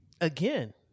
Again